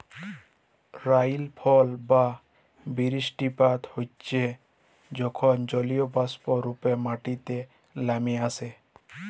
রাইলফল বা বিরিস্টিপাত হচ্যে যখল জলীয়বাষ্প রূপে মাটিতে লামে আসে